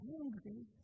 angry